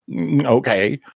okay